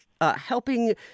Helping